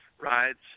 rides